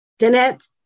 Danette